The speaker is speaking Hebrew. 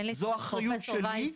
זו אחריות שלי.